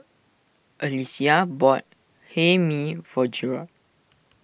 Alysia bought Hae Mee for Jerod